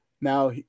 Now